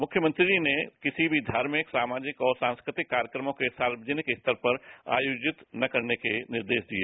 मुख्यमंत्री ने किसी भी धार्मिक सामाजिक और सांस्कृतिक कार्यक्रमों के सार्वजनिक स्तर पर आयोजित न करने के निर्देश दिए